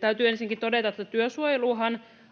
Täytyy ensinnäkin todeta, että työsuojeluhan